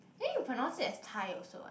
then you pronounce it as Thai also what